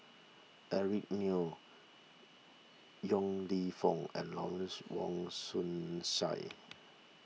Eric Neo Yong Lew Foong and Lawrence Wong Shyun Tsai